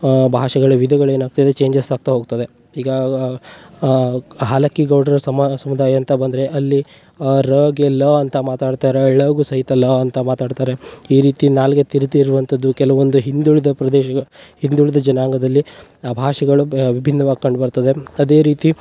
ಭಾಷೆಗಳ ವಿಧಗಳು ಏನಾಗ್ತಾ ಇದೆ ಚೇಂಜಸ್ ಆಗ್ತಾ ಹೋಗ್ತದೆ ಈಗ ಹಾಲಕ್ಕಿ ಗೌಡ್ರ ಸಮಾ ಸಮುದಾಯ ಅಂತ ಬಂದರೆ ಅಲ್ಲಿ ರಗೆ ಲ ಅಂತ ಮಾತಾಡ್ತಾರೆ ಳಗೂ ಸಹಿತ ಲ ಅಂತ ಮಾತಾಡ್ತಾರೆ ಈ ರೀತಿ ನಾಲಿಗೆ ತಿರ್ದಿರುವಂಥದ್ದು ಕೆಲವೊಂದು ಹಿಂದುಳಿದ ಪ್ರದೇಶಗಳ ಹಿಂದುಳಿದ ಜನಾಂಗದಲ್ಲಿ ಆ ಭಾಷೆಗಳು ಬ ವಿಭಿನ್ನವಾಗಿ ಕಂಡು ಬರ್ತದೆ ಅದೇ ರೀತಿ